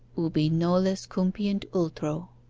ubi nolis cupiunt ultro